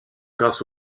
grâce